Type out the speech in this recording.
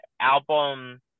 album